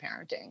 parenting